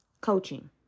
Coaching